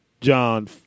John